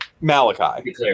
Malachi